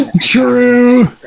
True